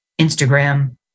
Instagram